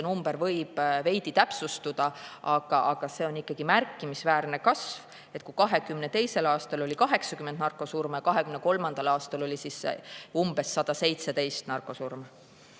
number võib veidi täpsustuda. Aga see on ikkagi märkimisväärne kasv: kui 2022. aastal oli 80 narkosurma, siis 2023. aastal oli umbes 117 narkosurma.